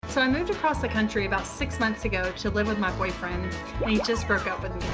so i moved across the country about six months ago to live with my boyfriend and he just broke up with